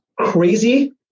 crazy